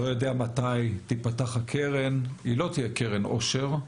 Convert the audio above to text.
אני לא יודע מתי תיפתח הקרן אבל היא לא תהיה קרן עושר,